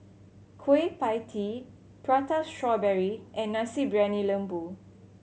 Kueh Pie Tee Prata Strawberry and Nasi Briyani Lembu